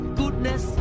goodness